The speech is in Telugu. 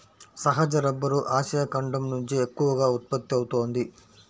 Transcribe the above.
సహజ రబ్బరు ఆసియా ఖండం నుంచే ఎక్కువగా ఉత్పత్తి అవుతోంది